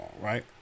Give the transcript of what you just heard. right